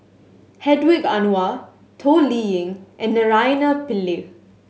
Hedwig Anuar Toh Liying and Naraina Pillai